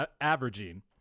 averaging